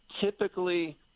typically